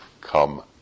come